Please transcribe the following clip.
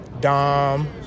Dom